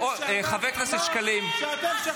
חבר הכנסת שקלים ----- אמר שאתם שכחתם מה זה להיות יהודים.